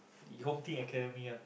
the Home Team Academy one